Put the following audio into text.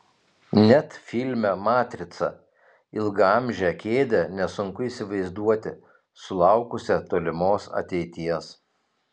net filme matrica ilgaamžę kėdę nesunku įsivaizduoti sulaukusią tolimos ateities